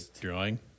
drawing